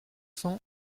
cents